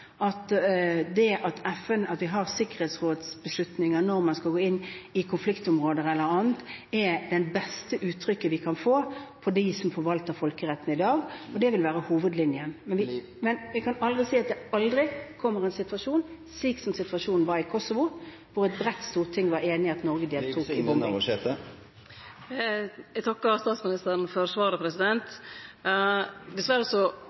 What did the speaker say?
at når man skal gå inn i konfliktområder eller annet, er sikkerhetsrådsbeslutninger det beste vi kan få fra dem som forvalter folkeretten i dag. Dette vil være hovedlinjen. Men vi kan aldri si at det aldri vil komme en situasjon som situasjonen i Kosovo, da et bredt flertall i Stortinget var enig i at Norge deltok. Eg takkar statsministeren for svaret. Dessverre